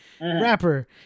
rapper